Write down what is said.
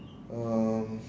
um